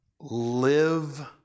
live